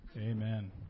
Amen